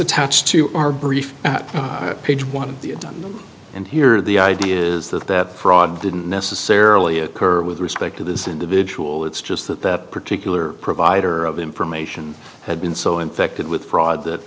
attached to our brief page one and here the idea is that that fraud didn't necessarily occur with respect to this individual it's just that that particular provider of the information had been so infected with fraud that